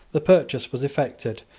the purchase was effected,